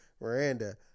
Miranda